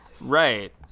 Right